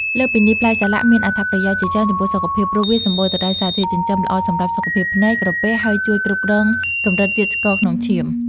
លើសពីនេះ ផ្លែសាឡាក់មានអត្ថប្រយោជន៍ជាច្រើនចំពោះសុខភាព ព្រោះវាសម្បូរទៅដោយសារធាតុចិញ្ចឹម ល្អសម្រាប់សុខភាពភ្នែក ក្រពះ ហើយជួយគ្រប់គ្រងកម្រិតជាតិស្ករ ក្នុងឈាម។